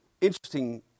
interesting